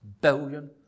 billion